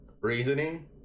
reasoning